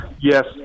yes